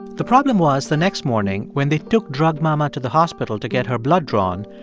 the problem was the next morning when they took drug mama to the hospital to get her blood drawn,